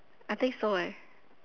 I think so leh